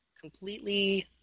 completely